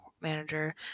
manager